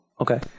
Okay